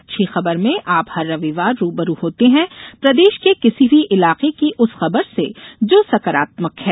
अच्छी खबरमें आप हर रविवार रूबरू होते हैं प्रदेश के किसी भी इलाके की उस खबर से जो सकारात्मक है